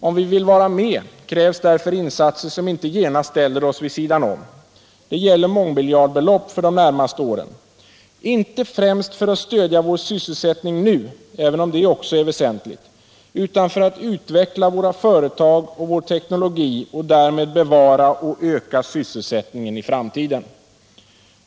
Om vi vill vara med krävs därför insatser som inte genast ställer oss vid sidan om. Det gäller mångmiljardbelopp för de närmaste åren. Inte främst för att stödja vår sysselsättning nu, även om det också är väsentligt, utan för att utveckla våra företag och vår teknologi och därmed bevara och öka sysselsättningen i framtiden.